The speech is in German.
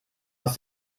aus